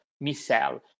Michelle